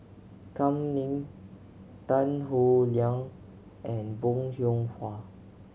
Kam Ning Tan Howe Liang and Bong Hiong Hwa